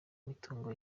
mitungo